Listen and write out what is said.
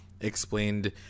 explained